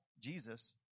Jesus